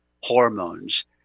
hormones